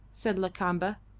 said lakamba.